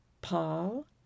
Paul